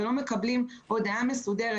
ולא מקבלים הודעה מסודרת.